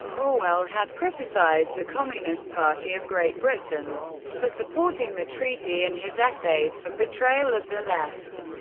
orwell had criticised the communist party of great britain for supporting the treaty in his essays for betrayal of the left.